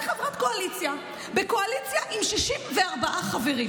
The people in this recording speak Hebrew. אני חברת קואליציה בקואליציה עם 64 חברים.